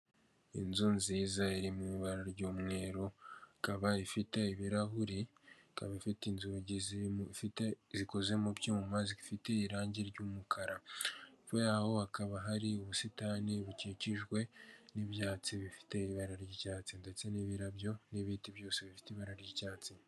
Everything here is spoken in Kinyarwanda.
Ahantu ku muhanda hashinze imitaka ibiri umwe w'umuhondo n'undi w'umutuku gusa uw'umuhonda uragaragaramo ibirango bya emutiyeni ndetse n'umuntu wicaye munsi yawo wambaye ijiri ya emutiyeni ndetse n'ishati ari guhereza umuntu serivise usa n'uwamugannye uri kumwaka serivise arimo aramuha telefone ngendanwa. Hakurya yaho haragaragara abandi bantu barimo baraganira mbese bari munsi y'umutaka w'umutuku.